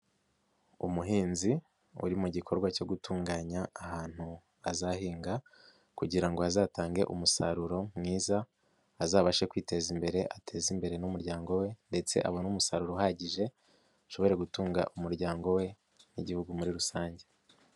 Umuhinzi uri mu gikorwa cyo gutunganya ahantu azahinga kugira ngo azatange umusaruro mwiza, azabashe kwiteza imbere ateze imbere n'umuryango we ndetse abone umusaruro uhagije ashobore gutunga umuryango we n'igihugu muri rusange.